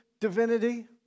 divinity